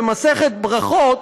במסכת ברכות,